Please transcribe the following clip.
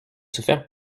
souffert